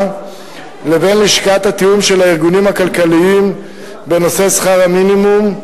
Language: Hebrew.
לבין לשכת התיאום של הארגונים הכלכליים בנושא שכר המינימום,